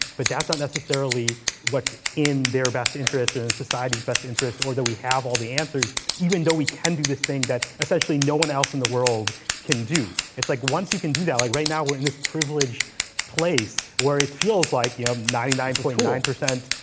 but that's not necessarily what's in their best interest or in society's best interest, or that we have all the answers, even though we can do this thing that essentially no one else in the world can do. it's like once you can do that, like right now we're in this privileged place, where it feels like yeah ninety nine point nine it's